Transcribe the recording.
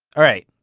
alright,